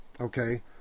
okay